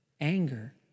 anger